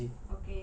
okay